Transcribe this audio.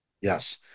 Yes